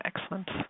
excellent